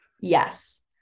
Yes